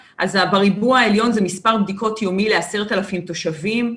בריבוע העליון זה מספר בדיקות יומי ל-10,000 תושבים.